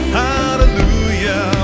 hallelujah